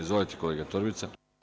Izvolite, kolega Torbica.